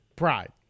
pride